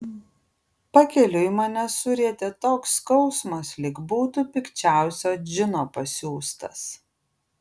pakeliui mane surietė toks skausmas lyg būtų pikčiausio džino pasiųstas